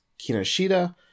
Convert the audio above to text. Kinoshita